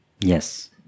yes